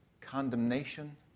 condemnation